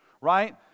right